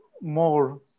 more